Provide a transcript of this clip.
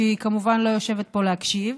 שהיא כמובן לא יושבת פה להקשיב: